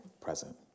present